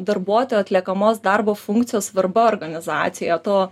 darbuotojo atliekamos darbo funkcijos svarba organizacijoj to